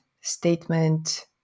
statement